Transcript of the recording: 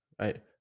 right